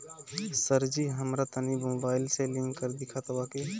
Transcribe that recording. सरजी हमरा तनी मोबाइल से लिंक कदी खतबा के